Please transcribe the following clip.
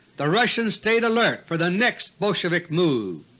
the russians stayed alert for the next bolshevik move.